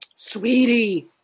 Sweetie